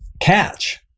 catch